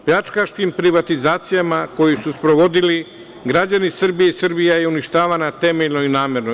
Pljačkaškim privatizacijama koje su sprovodili, građani Srbije i Srbija je uništavana temeljno i namerno.